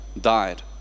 died